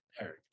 Eric